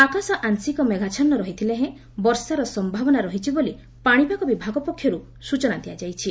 ଆକାଶ ଆଂଶିକ ମେଘାଚ୍ଚନୁ ରହିଥିଲେ ହେଁ ବର୍ଷାର ସମ୍ଭାବନା ରହିଛି ବୋଳି ପାଣିପାଗ ବିଭାଗ ପକ୍ଷରୁ ସୂଚନା ଦିଆଯାଇଛି